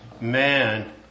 man